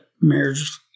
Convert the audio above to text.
marriage